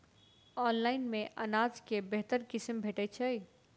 Online मे अनाज केँ बेहतर किसिम भेटय छै?